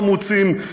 חמוצים,